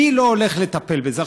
מי לא הולך לטפל בזה?